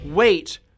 Wait